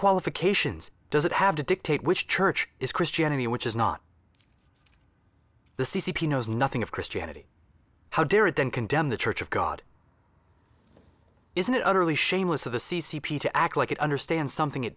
qualifications does it have to dictate which church is christianity or which is not the c c p knows nothing of christianity how dare it then condemn the church of god isn't it utterly shameless of the c c p to act like it understand something it